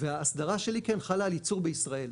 והאסדרה שלי כן חלה על ייצור בישראל.